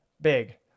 Big